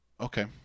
Okay